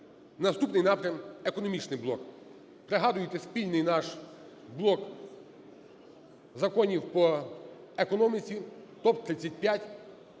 Наступний напрям – економічний блок. Пригадуєте спільний наш блок законів по економіці – ТОП-35,